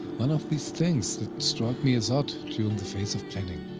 one of these things, that stroke me as odd during the phase of planning.